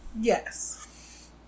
Yes